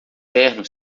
terno